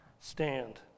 stand